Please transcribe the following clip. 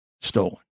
stolen